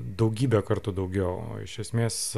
daugybę kartų daugiau iš esmės